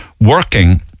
working